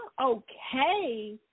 okay